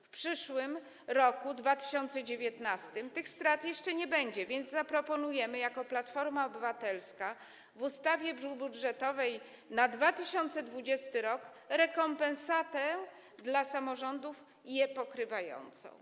W przyszłym roku - 2019 tych strat jeszcze nie będzie, więc zaproponujemy, jako Platforma Obywatelska w ustawie budżetowej na 2020 r. rekompensatę dla samorządów je pokrywającą.